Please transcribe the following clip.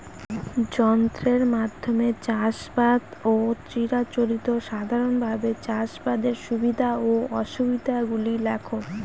যন্ত্রের মাধ্যমে চাষাবাদ ও চিরাচরিত সাধারণভাবে চাষাবাদের সুবিধা ও অসুবিধা গুলি লেখ?